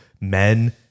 men